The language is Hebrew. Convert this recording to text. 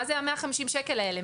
מה זה ה-150 שקלים האלה?